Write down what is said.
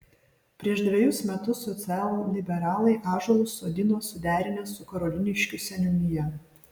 prieš dvejus metus socialliberalai ąžuolus sodino suderinę su karoliniškių seniūnija